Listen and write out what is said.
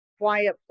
quiet